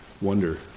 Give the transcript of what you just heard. wonder